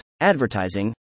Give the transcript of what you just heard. advertising